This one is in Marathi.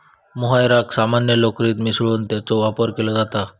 मोहायराक सामान्य लोकरीत मिसळून त्याचो वापर केलो जाता